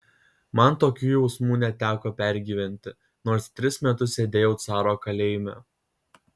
man tokių jausmų neteko pergyventi nors tris metus sėdėjau caro kalėjime